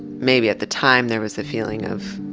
maybe at the time there was a feeling of,